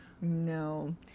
No